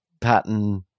pattern